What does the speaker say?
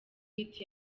hit